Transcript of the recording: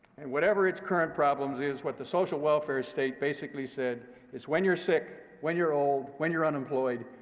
and whatever its current problems is, what the social welfare state basically said is, when you're sick, when you're old, when you're unemployed,